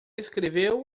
escreveu